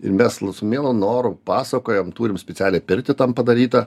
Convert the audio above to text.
į mes lu su mielu noru pasakojam turim specialiai piltį tam padarytą